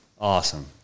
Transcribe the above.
awesome